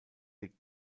liegt